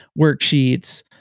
worksheets